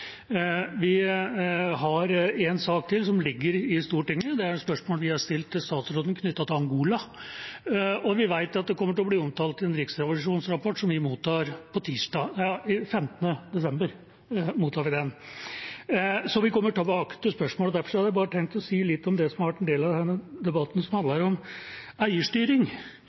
vi kommer til å diskutere Equinor. Vi har en sak til som ligger i Stortinget. Det gjelder spørsmål vi har stilt statsråden om Angola. Vi vet også at det kommer til å bli omtalt i en riksrevisjonsrapport som vi mottar tirsdag den 15. desember. Så vi kommer tilbake til dette spørsmålet. Derfor hadde jeg bare tenkt å si litt om det som har vært en del av debatten om eierstyring.